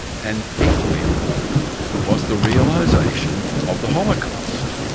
and equally important was the realisation of the holocaust.